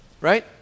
Right